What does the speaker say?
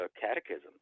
catechisms